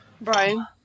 Brian